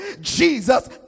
Jesus